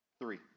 three